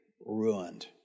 ruined